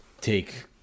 take